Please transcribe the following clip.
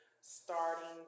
starting